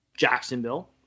Jacksonville